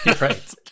Right